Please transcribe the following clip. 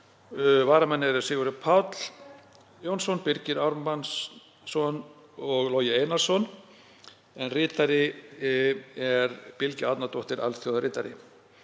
Varamenn eru Sigurður Páll Jónsson, Birgir Ármannsson og Logi Einarsson, en ritari er Bylgja Árnadóttir alþjóðaritari.